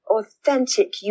authentic